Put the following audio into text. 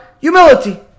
Humility